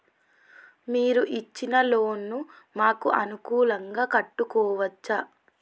మీరు ఇచ్చిన లోన్ ను మాకు అనుకూలంగా కట్టుకోవచ్చా?